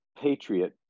patriot